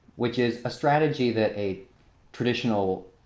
which is a strategy that a traditional,